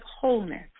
wholeness